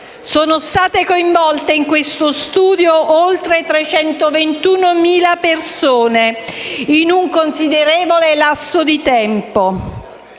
Sono state coinvolte in questo studio oltre 321.000 persone, in un considerevole lasso di tempo.